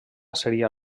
seria